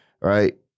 right